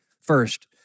First